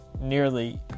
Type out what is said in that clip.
nearly